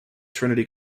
trinity